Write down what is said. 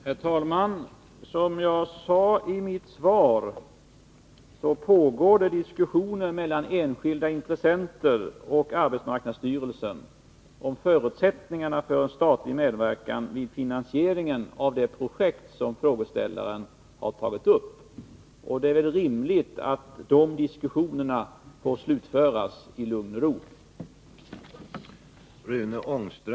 Herr talman! Som jag sade i mitt svar pågår diskussioner mellan enskilda intressenter och arbetsmarknadsstyrelsen om förutsättningar för en statlig medverkan vid finansieringen av det projekt som frågeställaren har tagit upp. Det är väl rimligt att de diskussionerna får slutföras i lugn och ro.